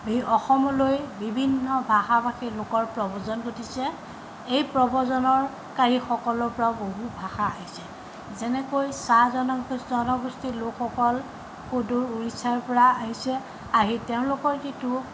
V Assam অসমলৈ বিভিন্ন ভাষা ভাষী লোকৰ প্ৰবজন ঘটিছে এই প্ৰবজনকাৰীসকলৰ পৰাও বহু ভাষা আহিছে যেনেকৈ চাহ জনগোষ্ঠীৰ লোকসকল সুদুৰ উৰিষ্যাৰ পৰা আহিছে আহি তেওঁলোকৰ যিটো